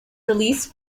released